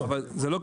לא.